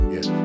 Yes